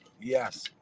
Yes